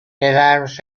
deserves